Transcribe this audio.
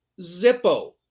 Zippo